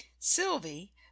sylvie